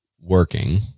working